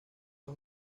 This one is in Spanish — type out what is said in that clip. los